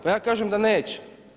Pa ja kažem da neće.